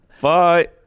Bye